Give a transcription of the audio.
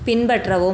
பின்பற்றவும்